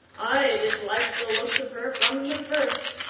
i disliked the looks of her from the first,